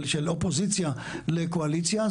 של אופוזיציה לקואליציה,